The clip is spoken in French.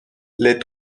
les